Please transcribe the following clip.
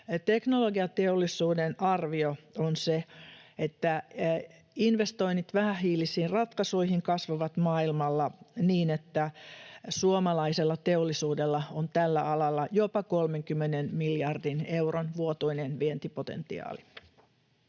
Teknologiateollisuuden arvio on se, että investoinnit vähähiilisiin ratkaisuihin kasvavat maailmalla niin, että suomalaisella teollisuudella on tällä alalla jopa 30 miljardin euron vuotuinen vientipotentiaali.